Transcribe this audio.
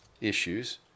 issues